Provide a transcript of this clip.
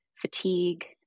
fatigue